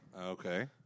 Okay